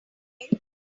away